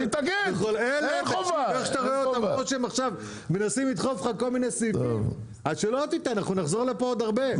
נחזור לפה עוד הרבה.